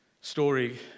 story